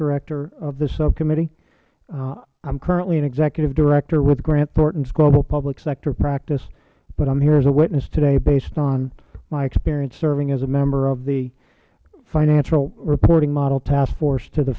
director of this subcommittee i am currently an executive director with grant thorntons global public sector practice but i am here as a witness today based on my experience serving as a member of the financial reporting model task force to the